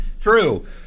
True